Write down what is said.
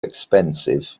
expensive